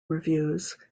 reviews